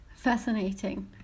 fascinating